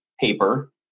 paper